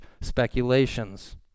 speculations